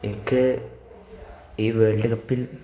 എനിക്ക് ഈ വേൾഡ് കപ്പിൽ